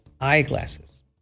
eyeglasses